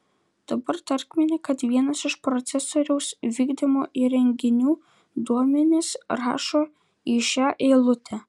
dabar tarkime kad vienas iš procesoriaus vykdymo įrenginių duomenis rašo į šią eilutę